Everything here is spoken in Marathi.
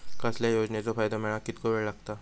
कसल्याय योजनेचो फायदो मेळाक कितको वेळ लागत?